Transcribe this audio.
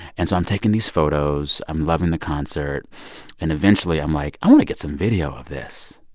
and so i'm taking these photos. i'm loving the concert and eventually, i'm like, i want to get some video of this.